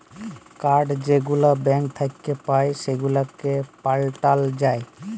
card যেগুলা bank থ্যাইকে পাই সেগুলাকে পাল্টাল যায়